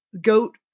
goat